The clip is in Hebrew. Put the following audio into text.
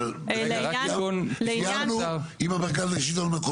אז תמשיכי אבל סיימנו עם המרכז שלטון מקומי.